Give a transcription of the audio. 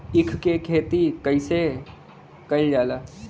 ईख क खेती कइसे कइल जाला?